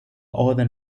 other